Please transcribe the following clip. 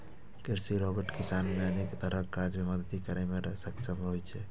कृषि रोबोट किसान कें अनेक तरहक काज मे मदति करै मे सक्षम होइ छै